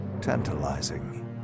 tantalizing